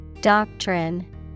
Doctrine